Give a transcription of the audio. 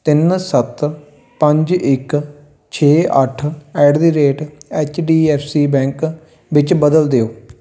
ਤਿੰਨ ਸੱਤ ਪੰਜ ਇੱਕ ਛੇ ਅੱਠ at the rate H D F C bank ਵਿੱਚ ਬਦਲ ਦਿਓ